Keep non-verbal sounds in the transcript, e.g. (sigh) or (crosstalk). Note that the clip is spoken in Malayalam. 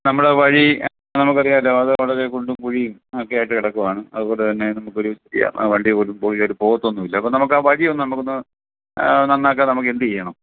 നമ്മുടെ വഴി നമുക്ക് അറിയാമല്ലോ അത് വളരെ കുണ്ടും കുഴിയും ഒക്കെ ആയിട്ട് കിടക്കുവാണ് അതുപോലെ തന്നെ നമുക്കൊരു (unintelligible) ആ വണ്ടിപോലും പോകില്ല പോകത്തൊന്നും ഇല്ല അപ്പോൾ നമുക്ക് ആ വഴി ഒന്ന് നമുക്ക് ഒന്ന് നന്നാക്കാൻ നമുക്ക് എന്ത് ചെയ്യണം